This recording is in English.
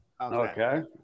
Okay